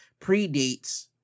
predates